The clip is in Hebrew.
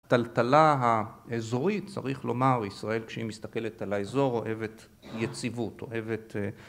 טלטלה האזורית, צריך לומר, ישראל כשהיא מסתכלת על האזור, אוהבת יציבות, אוהבת...